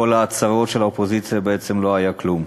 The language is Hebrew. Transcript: ההצהרות של האופוזיציה בעצם לא היה כלום.